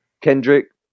Kendrick